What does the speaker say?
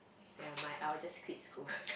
nevermind I will just quit school